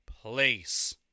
place